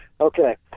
Okay